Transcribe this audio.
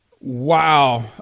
Wow